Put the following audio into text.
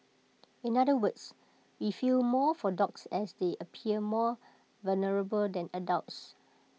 in other words we feel more for dogs as they appear more vulnerable than adults